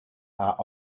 are